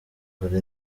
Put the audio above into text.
kugura